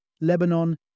Lebanon